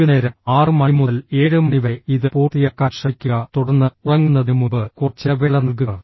വൈകുന്നേരം 6 മണി മുതൽ 7 മണി വരെ ഇത് പൂർത്തിയാക്കാൻ ശ്രമിക്കുക തുടർന്ന് ഉറങ്ങുന്നതിനുമുമ്പ് കുറച്ച് ഇടവേള നൽകുക